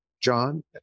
John